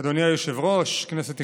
אדוני היושב-ראש, כנסת נכבדה,